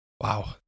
Wow